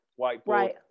whiteboard